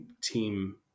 team